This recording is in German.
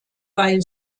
bei